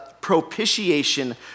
propitiation